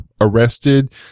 arrested